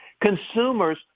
consumers